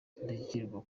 indashyikirwa